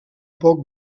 poc